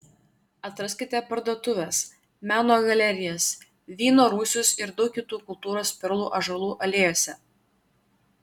atraskite parduotuves meno galerijas vyno rūsius ir daug kitų kultūros perlų ąžuolų alėjose